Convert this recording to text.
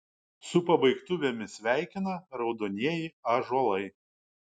su pabaigtuvėmis sveikina raudonieji ąžuolai